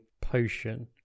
potion